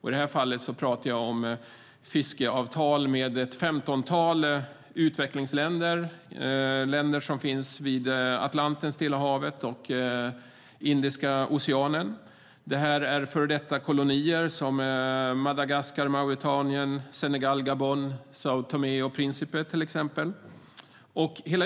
I detta fall talar jag om fiskeavtal med ett femtontal utvecklingsländer vid Atlanten, Stilla havet och Indiska oceanen. Det är före detta kolonier såsom Madagaskar, Mauretanien, Senegal, Gabon, São Tomé och Principe.